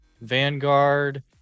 Vanguard